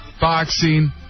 boxing